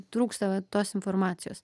trūksta va tos informacijos